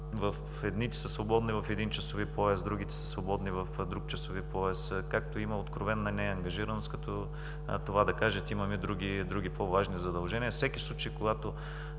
едните са свободни в един часови пояс, другите са свободни в друг часови пояс. Както има откровена неангажираност, като това да кажат: имаме други, по-важни задължения. На всеки един случай, когато